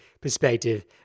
perspective